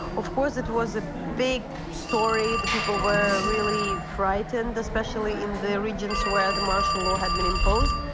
of course it was a big story. the people were really frightened, especially in the regions where the martial law had been imposed.